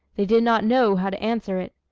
they did not know how to answer it.